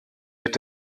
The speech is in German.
mit